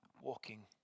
Walking